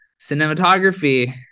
cinematography